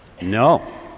No